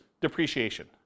depreciation